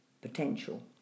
potential